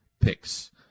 picks